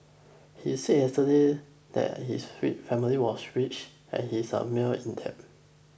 he said yesterday that his family was rich and he is mired in debt